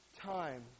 time